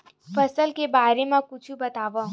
फसल के बारे मा कुछु बतावव